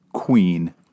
queen